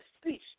speech